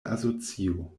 asocio